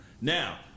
Now